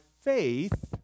faith